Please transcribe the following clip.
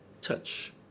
touch